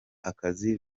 akazi